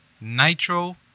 Nitro